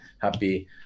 happy